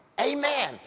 Amen